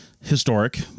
Historic